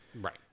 right